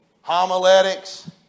Homiletics